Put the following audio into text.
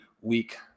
week